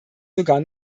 sogar